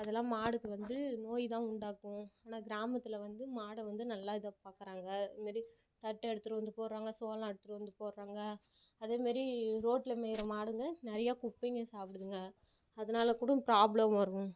அதெலாம் மாடுக்கு வந்து நோய்தான் உண்டாக்கும் ஆனால் கிராமத்தில் வந்து மாடை வந்து நல்லா இதாக பார்க்குறாங்க இதுமாதிரி தட்டு எடுத்துட்டு வந்து போடறாங்க சோளம் எடுத்துட்டு வந்து போடறாங்க அதேமாரி ரோடில் மேயுற மாடுங்க நிறையா குப்பைங்க சாப்புடுதுங்க அதனால கூடவும் பிராப்ளம் வரும்